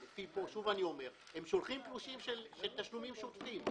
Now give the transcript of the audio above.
הן שולחות תלושים של תשלומים שוטפים.